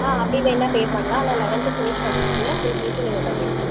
ஆ அப்படி வேணால் பே பண்ணலாம் ஆனால் லவென்த்து ஃபினிஸ் பண்ணுறதுக்குள்ள ஃபுல் ஃபீஸும் நீங்கள் கட்டிடணும்